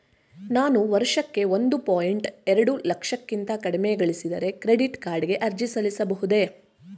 ನಾನು ವರ್ಷಕ್ಕೆ ಒಂದು ಪಾಯಿಂಟ್ ಎರಡು ಲಕ್ಷಕ್ಕಿಂತ ಕಡಿಮೆ ಗಳಿಸಿದರೆ ಕ್ರೆಡಿಟ್ ಕಾರ್ಡ್ ಗೆ ಅರ್ಜಿ ಸಲ್ಲಿಸಬಹುದೇ?